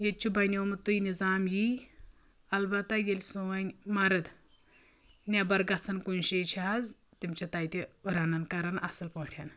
ییٚتہِ چھُ بنیومُتٕے نظام یی البتہ ییٚلہِ سُہ وۄنۍ مرد نٮ۪بر گژھان کُنہِ جایہِ چھِ آز تِم چھِ تیتہِ رنان کران اصل پٲٹھۍ